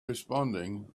responding